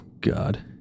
god